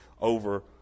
over